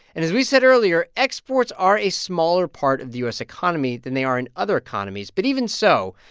and as we said earlier, exports are a smaller part of the u s. economy than they are in other economies. but even so,